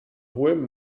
hohem